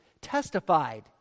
testified